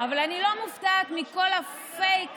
אבל אני לא מופתעת מכל הפייק